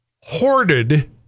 hoarded